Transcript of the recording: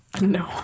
No